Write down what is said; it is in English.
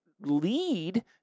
lead